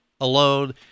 alone